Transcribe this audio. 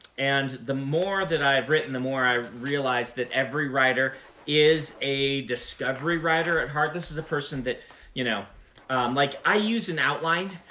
and the more that i have written, the more i realize that every writer is a discovery writer at heart. this is a person that you know like i use an outline,